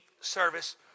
service